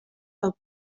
del